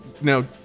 now